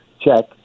check